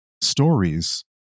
stories